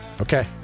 okay